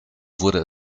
wurde